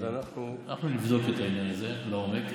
אנחנו נבדוק את העניין הזה לעומק,